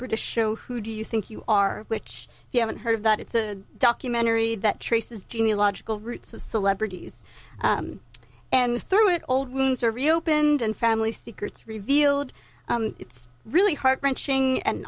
british show who do you think you are which you haven't heard of that it's a documentary that traces genie logical roots of celebrities and through it old wounds are reopened and family secrets revealed it's really heart wrenching and